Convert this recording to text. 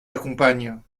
accompagne